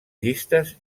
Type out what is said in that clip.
llistes